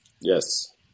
Yes